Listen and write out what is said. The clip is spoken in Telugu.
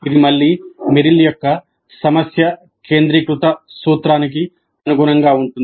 ఇది మళ్ళీ మెరిల్ యొక్క సమస్య కేంద్రీకృత సూత్రానికి అనుగుణంగా ఉంటుంది